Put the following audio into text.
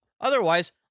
Otherwise